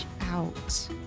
out